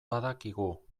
badakigu